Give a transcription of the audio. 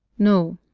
no.